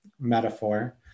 metaphor